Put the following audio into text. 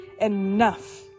enough